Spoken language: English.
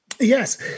Yes